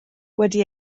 wedi